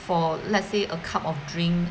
for let's say a cup of drink